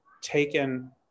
taken